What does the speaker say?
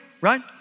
right